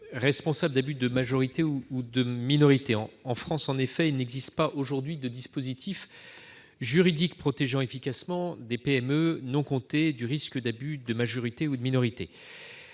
responsables d'abus de majorité ou de minorité. En effet, il n'existe pas aujourd'hui en France de dispositif juridique protégeant efficacement les PME non cotées du risque d'abus de majorité ou de minorité.